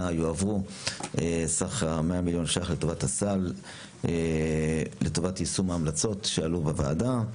יועברו סך 100 מיליון שקלים לטובת הסל לטובת יישום ההמלצות שעלו בוועדה.